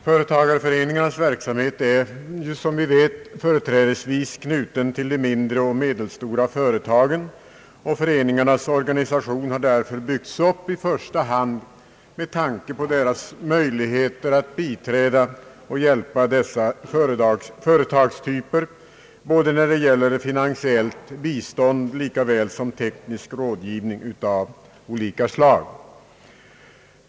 Företagareföreningarnas verksamhet är som vi vet företrädesvis knuten till mindre och medelstora företag, och föreningarnas organisation har därför byggts upp i första hand med tanke på deras möjligheter att biträda och hjälpa dessa företagstyper när det gäller såväl finansiellt bistånd som teknisk rådgivning av olika slag.